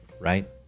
right